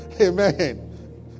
amen